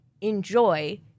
enjoy